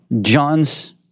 John's